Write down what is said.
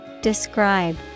Describe